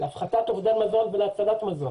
להפחתת אובדן מזון ולהצלת מזון.